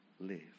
live